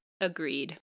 Agreed